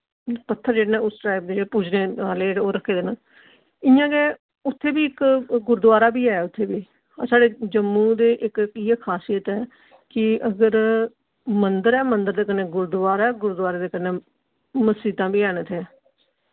पत्थर जेह्ड़े न उस टाइप दे पूजने आह्ले ओह् रक्खे दे न इ'यां गै उत्थे वी इक गुरुद्वारा वी ऐ उत्थे वी साढ़े जम्मू दे इक इयै खासियत ऐ कि अगर मंदर ऐ मंदर दे कन्नै गुरुद्वारा ऐ गुरूद्वारे दे कन्नै मसीतां वी हैन इत्थै